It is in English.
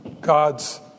God's